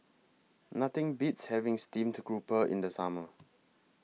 Nothing Beats having Steamed Grouper in The Summer